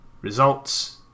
results